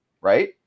right